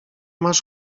masz